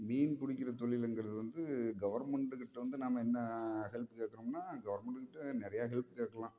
மீன் பிடிக்கிற தொழிலுங்கிறது வந்து கவர்மெண்டுக்கிட்ட வந்து நம்ம என்ன ஹெல்ப் கேட்கணும்னா கவர்மெண்ட்டை நிறைய ஹெல்ப் கேட்கலாம்